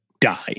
die